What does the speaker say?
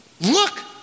look